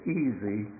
easy